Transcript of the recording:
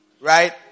Right